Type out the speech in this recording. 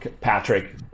Patrick